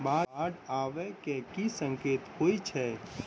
बाढ़ आबै केँ की संकेत होइ छै?